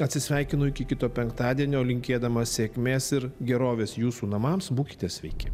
atsisveikinu iki kito penktadienio linkėdamas sėkmės ir gerovės jūsų namams būkite sveiki